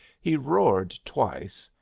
he roared twice,